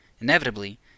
Inevitably